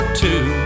two